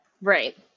Right